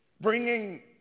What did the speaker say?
bringing